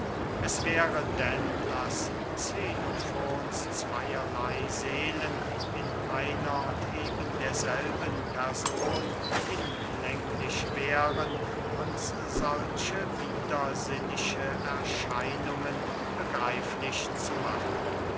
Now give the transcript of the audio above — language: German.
es wäre denn daß xenofons zweyerley seelen in einer und eben derselben person hinlänglich wären uns solche widersinnische erscheinungen begreiflich zu machen